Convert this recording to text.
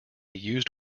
used